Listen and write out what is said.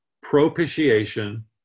propitiation